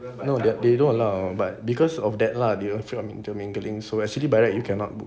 no they don't allow but because of that lah they're afraid intermingling so actually by right you cannot book